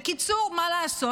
בקיצור, מה לעשות?